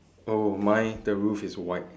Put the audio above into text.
oh mine the roof is white